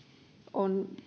on